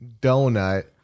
Donut